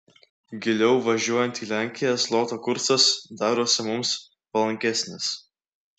giliau važiuojant į lenkiją zloto kursas darosi mums palankesnis